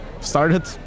started